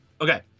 Okay